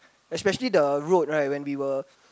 especially the road right when we were